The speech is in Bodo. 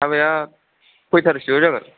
हाबाया कय टारिकसोआव जागोन